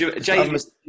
James